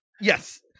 Yes